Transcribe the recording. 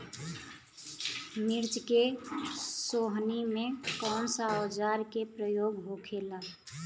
मिर्च के सोहनी में कौन सा औजार के प्रयोग होखेला?